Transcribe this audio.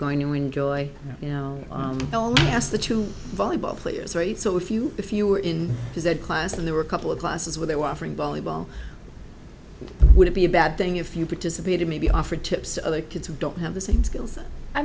going to enjoy you know ask the two volleyball players right so if you if you were in his ed class and there were a couple of classes where they were offering volleyball would it be a bad thing if you participated maybe offer tips to other kids who don't have the same skills i